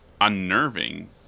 unnerving